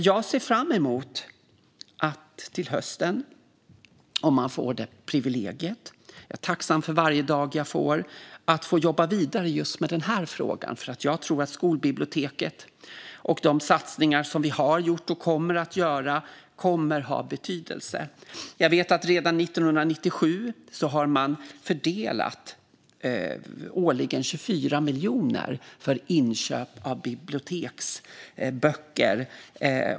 Jag ser fram emot att till hösten, om jag får det privilegiet - jag är tacksam för varje dag jag får - få jobba vidare med just den här frågan. Jag tror att skolbibliotek och de satsningar vi har gjort och kommer att göra kommer att ha betydelse. Jag vet att man redan 1997 fördelade 24 miljoner årligen för inköp av biblioteksböcker.